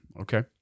Okay